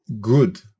good